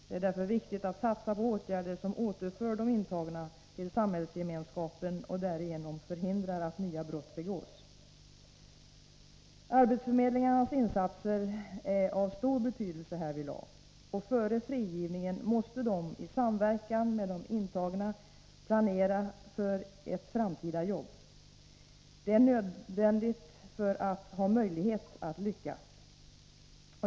Det är därför viktigt att satsa på åtgärder som återför de intagna till samhällsgemenskapen och därigenom förhindra att nya brott begås. Arbetsförmedlingarnas insatser är av stor betydelse härvidlag. Före frigivningen måste arbetsförmedlingarna i samverkan med de intagna planera för ett framtida jobb. Det är nödvändigt för att ha möjlighet att lyckas.